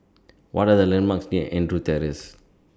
What Are The landmarks near Andrews Terrace